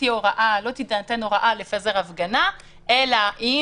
לא תינתן הוראה לפזר הפגנה אלא אם